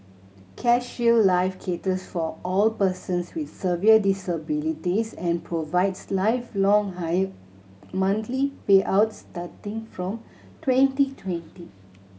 CareShield Life caters for all persons with severe disabilities and provides lifelong higher monthly payouts starting from twenty twenty